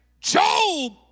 Job